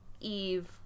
eve